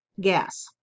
gas